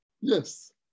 Yes